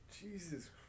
Jesus